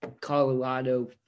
colorado